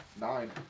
Nine